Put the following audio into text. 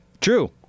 true